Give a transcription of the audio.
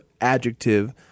adjective